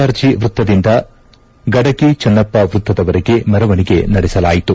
ಆರ್ಜಿ ವೃತ್ತದಿಂದ ಗಡಗಿ ಚನ್ನಪ್ಪ ವೃತ್ತದವರೆಗೆ ಮೆರವಣಿಗೆ ನಡೆಸಲಾಯಿತು